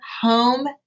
home